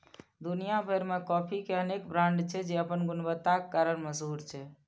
दुनिया भरि मे कॉफी के अनेक ब्रांड छै, जे अपन गुणवत्ताक कारण मशहूर छै